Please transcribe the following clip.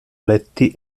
letti